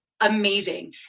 Amazing